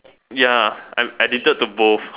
ya I am addicted to both